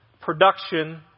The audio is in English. production